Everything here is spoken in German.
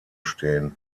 stehen